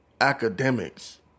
academics